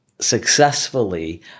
successfully